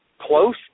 close